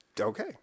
Okay